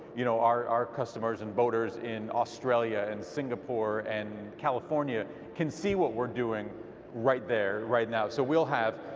you know, our our customers and boaters in australia and singapore and california can see what we're doing right there, right now. so we'll have,